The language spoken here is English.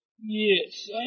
Yes